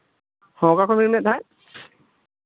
ᱚᱠᱟ ᱠᱷᱚᱱ ᱵᱤᱱ ᱞᱟᱹᱭᱮᱫ ᱛᱟᱦᱮᱸᱫ